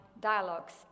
dialogues